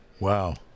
Wow